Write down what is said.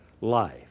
life